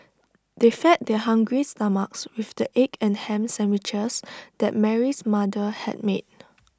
they fed their hungry stomachs with the egg and Ham Sandwiches that Mary's mother had made